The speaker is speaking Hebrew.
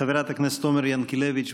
חברת הכנסת עומר ינקלביץ',